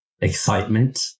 excitement